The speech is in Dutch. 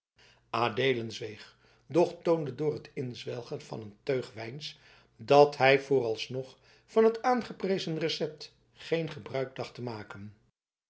adeelen zweeg doch toonde door het inzwelgen van een teug wijns dat hij vooralsnog van het aangeprezen recept geen gebruik dacht te maken